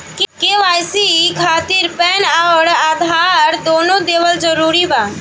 KYC खातिर PAN आउर आधार दुनों देवल जरूरी बा?